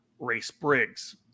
racebriggs